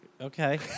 okay